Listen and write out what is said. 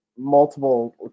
multiple